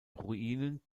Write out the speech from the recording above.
ruinen